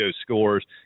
scores